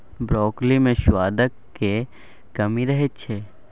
broccoli मे सुआदक कमी रहै छै